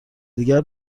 دیگر